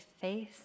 face